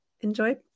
enjoy